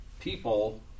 people